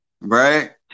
Right